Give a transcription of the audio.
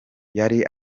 yari